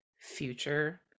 future